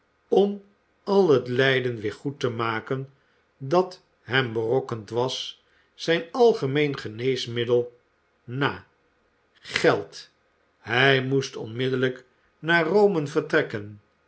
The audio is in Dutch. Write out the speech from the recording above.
om al het lijden weer goed te maken dat hem berokkend was zijn algemeen geneesmiddel na geld hij moest onmiddellijk naar rome vertrekken